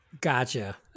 Gotcha